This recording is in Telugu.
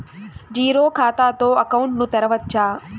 జీరో ఖాతా తో అకౌంట్ ను తెరవచ్చా?